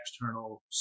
external